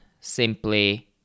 simply